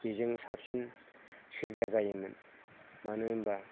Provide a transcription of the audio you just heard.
बेजों साबसिन सुबिदा जायोमोन मानो होनबा